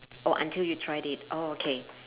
or until you tried it oh okay